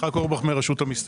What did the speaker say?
מרשות המיסים.